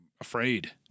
afraid